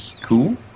Cool